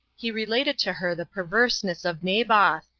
he related to her the perverseness of naboth,